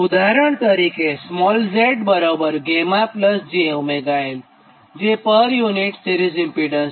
ઉદાહરણ તરીકે z 𝛾jωL જે પર યુનિટ સિરીઝ ઇમ્પીડન્સ છે